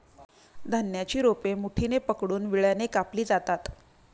धान्याची रोपे मुठीने पकडून विळ्याने कापली जातात